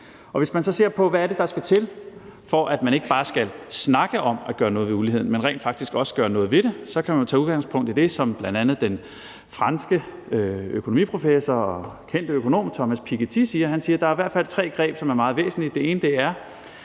så skal se på, hvad det er, der skal til, for at man ikke bare skal snakke om at gøre noget ved uligheden, men rent faktisk også gøre noget ved den, kan man tage udgangspunkt i det, som bl.a. den franske økonomiprofessor og kendte økonom Thomas Piketty siger. Han siger, at der i hvert fald er tre greb, der er meget væsentlige.